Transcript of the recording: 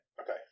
Okay